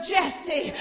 Jesse